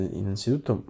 innanzitutto